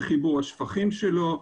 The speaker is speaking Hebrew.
בחיבור השפכים שלו,